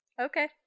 Okay